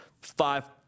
Five